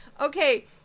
Okay